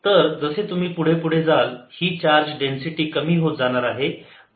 तर जसे तुम्ही पुढे पुढे जाल ही चार्ज डेन्सिटी कमी होत जाणार आहे